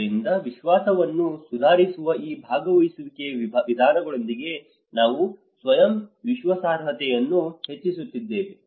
ಆದ್ದರಿಂದ ವಿಶ್ವಾಸವನ್ನು ಸುಧಾರಿಸುವ ಈ ಭಾಗವಹಿಸುವಿಕೆಯ ವಿಧಾನಗಳೊಂದಿಗೆ ನಾವು ಸ್ವಯಂ ವಿಶ್ವಾಸಾರ್ಹತೆಯನ್ನು ಹೆಚ್ಚಿಸುತ್ತಿದ್ದೇವೆ